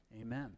amen